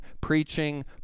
preaching